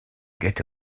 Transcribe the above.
get